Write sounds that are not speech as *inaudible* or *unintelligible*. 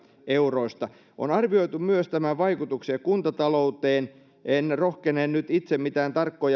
euroista on arvioitu myös tämän vaikutuksia kuntatalouteen en rohkene nyt itse mitään tarkkaa *unintelligible*